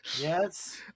Yes